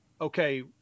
okay